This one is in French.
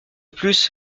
plus